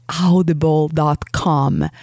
audible.com